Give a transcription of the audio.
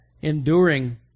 Enduring